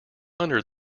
under